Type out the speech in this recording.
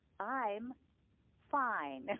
i'm fine.